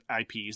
IPs